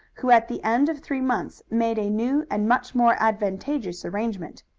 who at the end of three months made a new and much more advantageous arrangement.